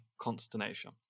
consternation